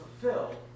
fulfilled